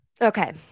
Okay